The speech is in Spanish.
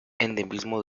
endemismo